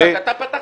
אתה פתחת.